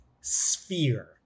sphere